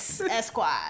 Esquire